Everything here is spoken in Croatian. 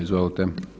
Izvolite.